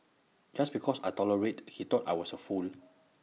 just because I tolerated he thought I was A fool